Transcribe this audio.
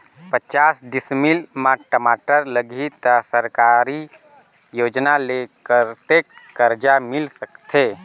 पचास डिसमिल मा टमाटर लगही त सरकारी योजना ले कतेक कर्जा मिल सकथे?